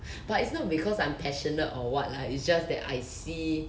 but it's not because I'm passionate or what lah it's just that I see